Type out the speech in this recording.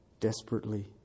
Desperately